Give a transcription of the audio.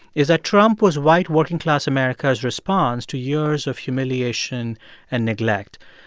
is that trump was white working-class america's response to years of humiliation and neglect.